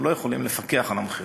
אנחנו לא יכולים לפקח על המחירים.